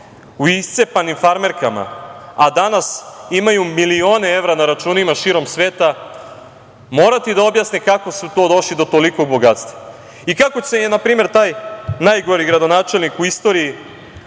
u iscepanim farmerkama, a danas imaju milione evra na računima širom sveta morati da objasne kako su došli do tolikog bogatstva. Kako je na primer taj najgori gradonačelnik u istoriji